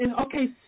okay